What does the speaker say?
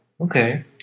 Okay